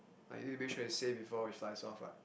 like you need to make sure it's safe before it flies off [what]